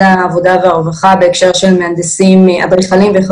העבודה והרווחה בהקשר של מהנדסים ואדריכלים.